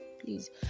Please